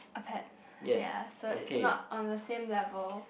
a pet ya so is not on the same level